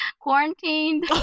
quarantined